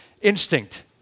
instinct